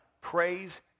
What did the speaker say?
praise